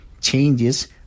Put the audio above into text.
changes